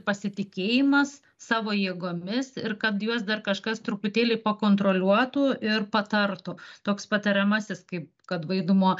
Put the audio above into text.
pasitikėjimas savo jėgomis ir kad juos dar kažkas truputėlį pakontroliuotų ir patartų toks patariamasis kaip kad vaidmuo